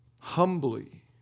humbly